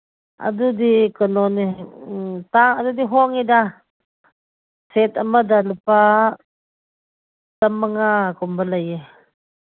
ꯑꯗꯨꯗꯤ ꯀꯩꯅꯣꯅꯦ ꯑꯗꯨꯗꯤ ꯍꯣꯡꯉꯤꯗ ꯁꯦꯠ ꯑꯃꯗ ꯂꯨꯄꯥ ꯆꯃꯉꯥꯒꯨꯝꯕ ꯂꯩꯌꯦ